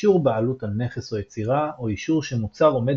אישור בעלות על נכס או יצירה או אישור שמוצר עומד